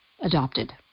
adopted